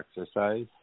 exercise